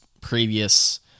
previous